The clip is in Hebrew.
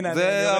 הינה, אני יורד.